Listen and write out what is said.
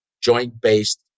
joint-based